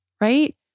right